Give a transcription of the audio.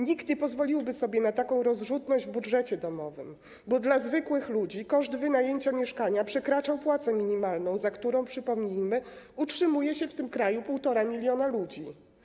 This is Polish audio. Nikt nie pozwoliłby sobie na taką rozrzutność w budżecie domowym, bo dla zwykłych ludzi koszt wynajęcia mieszkania przekracza wysokość płacy minimalnej, za którą - przypomnijmy - utrzymuje się w tym kraju 1,5 mln ludzi.